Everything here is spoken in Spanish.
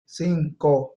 cinco